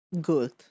Good